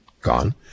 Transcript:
gone